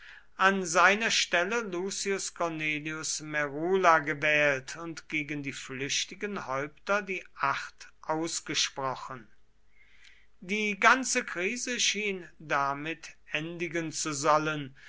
an seiner stelle lucius cornelius merula gewählt und gegen die flüchtigen häupter die acht ausgesprochen die ganze krise schien damit endigen zu sollen